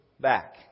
back